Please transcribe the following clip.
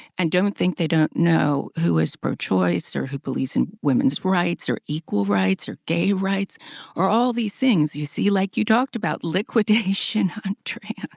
and don't think they don't know who is pro choice or who believes in women's rights or equal rights or gay rights or all these things-you see? like you talked about, liquidation, andrea.